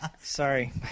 Sorry